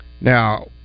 now